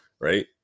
right